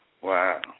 Wow